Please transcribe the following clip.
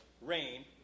rain